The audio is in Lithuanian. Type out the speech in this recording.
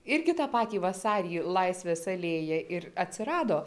irgi tą patį vasarį laisvės alėja ir atsirado